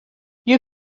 you